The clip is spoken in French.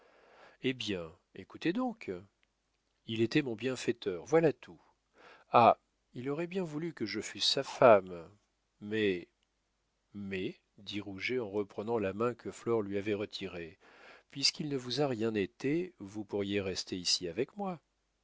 eh bien écoutez donc il était mon bienfaiteur voilà tout ah il aurait bien voulu que je fusse sa femme mais mais dit rouget en reprenant la main que flore lui avait retirée puisqu'il ne vous a rien été vous pourriez rester ici avec moi